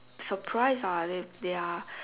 surprised are they are